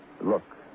Look